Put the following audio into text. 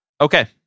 okay